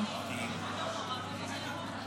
הם חשובים לי.